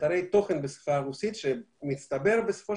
לאתרי תוכן בשפה הרוסית שבמצטבר בסופו